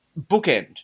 bookend